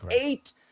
eight